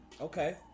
Okay